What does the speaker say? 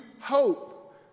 hope